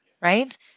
right